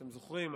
אתם זוכרים,